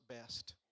best